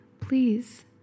please